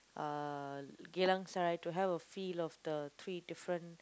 uh Geylang-Serai to have a feel of the three different